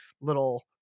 little